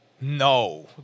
No